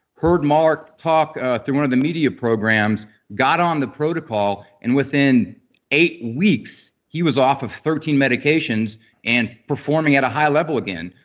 heard mark talk through one of the media programs, got on the protocol. and within eight weeks, he was off of thirteen medications and performing at a high level again.